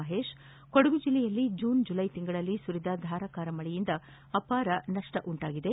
ಮಹೇಶ್ ಕೊಡಗು ಜಿಲ್ಲೆಯಲ್ಲಿ June July ತಿಂಗಳಲ್ಲಿ ಸುರಿದ ಧಾರಾಕಾರ ಮಳೆಯಿಂದ ಅಪಾರ ನಪ್ಪ ಉಂಟಾಗಿದೆ